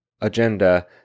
agenda